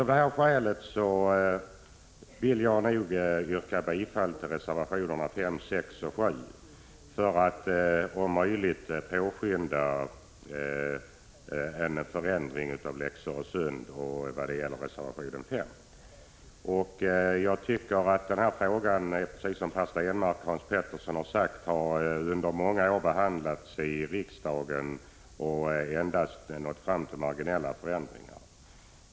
Av detta skäl vill jag yrka bifall till reservationerna 5, 6 och 7. I fråga om reservation 5 gäller det att om möjligt påskynda en förändring av Lex Öresund. Som Per Stenmarck och Hans Pettersson i Helsingborg sagt har den här frågan under många år behandlats i riksdagen, och man har endast nått fram till marginella förändringar.